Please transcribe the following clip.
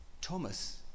Thomas